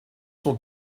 son